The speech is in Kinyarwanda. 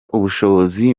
ubushobozi